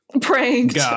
Pranked